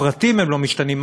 הפרטים לא משתנים,